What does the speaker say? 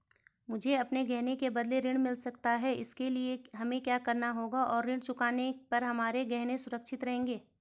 मुझे अपने गहने के बदलें ऋण मिल सकता है इसके लिए हमें क्या करना होगा और ऋण चुकाने पर हमारे गहने सुरक्षित रहेंगे?